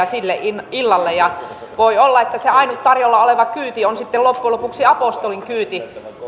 sille illalle voi olla että se ainut tarjolla oleva kyyti on sitten loppujen lopuksi apostolinkyyti